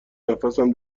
نفسم